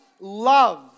love